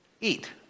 eat